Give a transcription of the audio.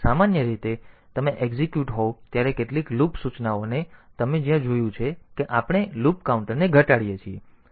તેથી સામાન્ય રીતે જ્યારે તમે એક્ઝિક્યુટિવ હોવ ત્યારે કેટલીક લૂપ સૂચનાઓને તેથી તમે જ્યાં જોયું છે કે આપણે લૂપ કાઉન્ટરને ઘટાડીએ છીએ